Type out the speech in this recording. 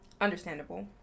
Understandable